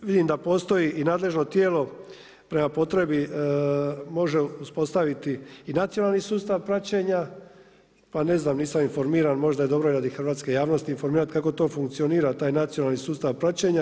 Vidim da postoji i nadležno tijelo, prema potrebi može uspostaviti i nacionalni sustav praćenja, pa ne znam, nisam informiran, možda je dobro radi hrvatske javnosti informirati kako to funkcionira, taj nacionalni sustav praćenja.